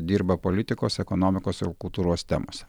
dirba politikos ekonomikos ir kultūros temose